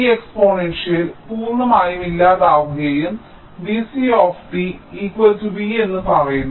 ഈ എക്സ്പോണൻഷ്യൽ പൂർണ്ണമായും ഇല്ലാതാകുകയും VcV എന്നും പറയുന്നു